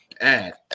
add